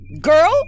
Girl